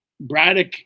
Braddock